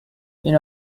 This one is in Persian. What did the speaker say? این